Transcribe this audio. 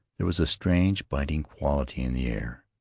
there was a strange biting quality in the air.